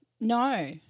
No